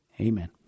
Amen